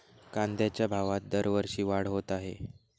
कांद्याच्या भावात दरवर्षी वाढ होत आहे